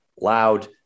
loud